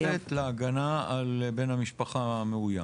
שזו תוספת להגנה על בן המשפחה המאוים.